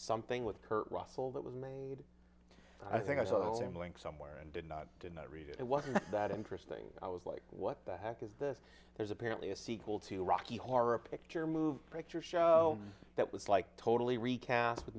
something with kurt russell that was made i think i saw him going somewhere and did not did not read it it wasn't that interesting i was like what the heck is this there's apparently a sequel to rocky horror picture movie picture show that was like totally recast with